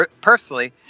personally